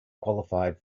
qualified